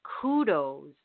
kudos